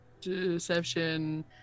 Deception